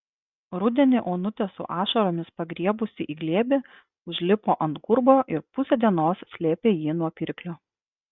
rudenį onutė su ašaromis pagriebusi į glėbį užlipo ant gurbo ir pusę dienos slėpė jį nuo pirklio